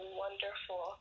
wonderful